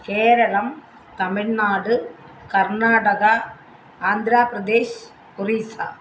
Keralam Tamil Nadu Karnataka Andhra Pradesh Orissa